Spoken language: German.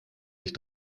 sich